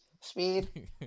speed